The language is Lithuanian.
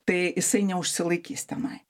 tai jisai neužsilaikys tenai